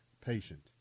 patient